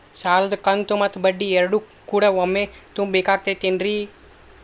ಸಾಲದ ಕಂತು ಮತ್ತ ಬಡ್ಡಿ ಎರಡು ಕೂಡ ಒಮ್ಮೆ ತುಂಬ ಬೇಕಾಗ್ ತೈತೇನ್ರಿ?